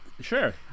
sure